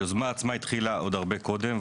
היוזמה עצמה התחילה עוד הרבה קודם,